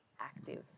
active